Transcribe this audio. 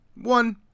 One